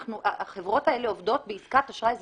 החברות האלה עובדות בעסקת אשראי סגורה.